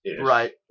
right